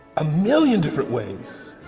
a million different ways,